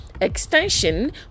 extension